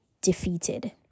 defeated